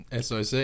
SOC